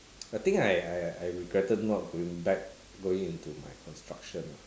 I think I I I regretted not going back going into my construction lah